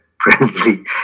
friendly